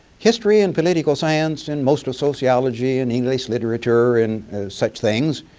history and political science and most of sociology and english literature and such things,